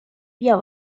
بیا